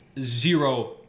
zero